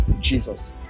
Jesus